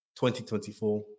2024